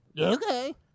Okay